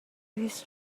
his